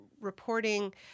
reporting